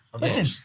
Listen